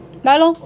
die lor